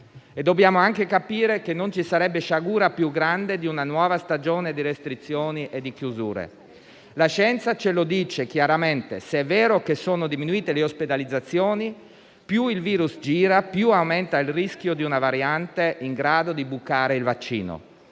Dobbiamo anche capire che non ci sarebbe sciagura più grande di una nuova stagione di restrizioni e di chiusure. La scienza ce lo dice chiaramente: se è vero che sono diminuite le ospedalizzazioni, più il *virus* gira, più aumenta il rischio di una variante in grado di bucare il vaccino.